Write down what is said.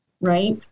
right